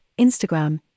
Instagram